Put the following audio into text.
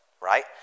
right